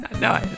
No